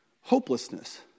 Hopelessness